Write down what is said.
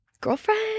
girlfriend